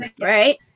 right